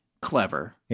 clever